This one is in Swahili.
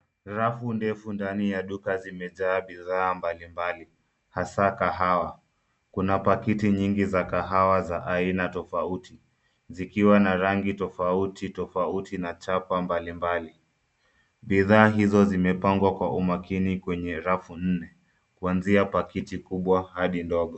Rafu ndefu ndani ya duka zimejaa bidhaa mbali mbali, hasa kahawa. Kuna pakiti nyingi za kahawa za aina tofauti, zikiwa na rangi tofauti tofauti, na chapa mbali mbali. Bidhaa hizo zimepangwa kwa umakini kwenye rafu nne, kuanzia pakiti kubwa hadi ndogo.